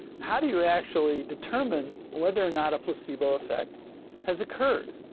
how do you actually determine whether or not a placebo effect has occurred?